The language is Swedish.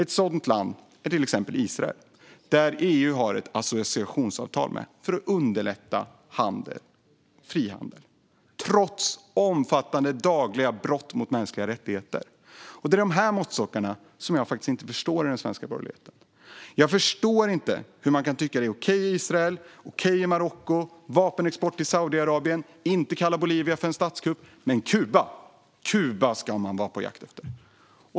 Ett sådant land är till exempel Israel, som EU har ett associationsavtal med för att underlätta frihandel. Det har man trots omfattande och dagliga brott mot mänskliga rättigheter. Det är dessa måttstockar hos den svenska borgerligheten som jag faktiskt inte förstår. Jag förstår inte hur man kan tycka att det är okej i Israel och okej i Marocko, hur man kan ha vapenexport till Saudiarabien och hur man kan låta bli att kalla det som händer i Bolivia en statskupp - men Kuba ska man vara på jakt efter.